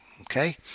Okay